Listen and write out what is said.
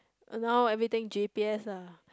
now everything G_P_S ah